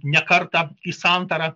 ne kartą į santarą